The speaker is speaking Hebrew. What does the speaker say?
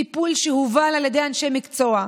טיפול שהובל על ידי אנשי מקצוע.